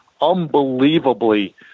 unbelievably